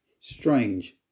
strange